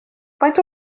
faint